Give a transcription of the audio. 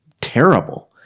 terrible